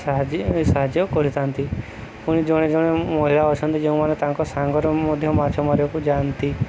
ସାହାଯ୍ୟ ସାହାଯ୍ୟ କରିଥାନ୍ତି ପୁଣି ଜଣେ ଜଣେ ମହିଳା ଅଛନ୍ତି ଯେଉଁମାନେ ତାଙ୍କ ସାଙ୍ଗରେ ମଧ୍ୟ ମାଛ ମାରିବାକୁ ଯାଆନ୍ତି